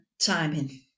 timing